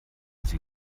sie